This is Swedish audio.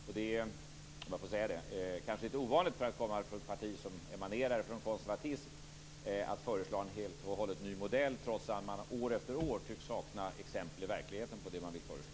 Det är, om jag får säga det, kanske lite ovanligt för att komma från ett parti som emanerar från konservatism att föreslå en helt och hållet ny modell trots att man år efter år tycks sakna exempel i verkligheten på det man vill föreslå.